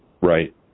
Right